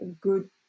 good